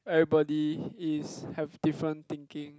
everybody is have different thinking